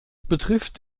betrifft